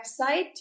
website